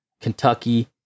Kentucky